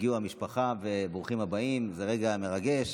הגיעה המשפחה, ברוכים הבאים, וזה רגע מרגש.